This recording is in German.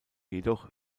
jedoch